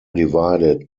divided